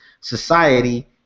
society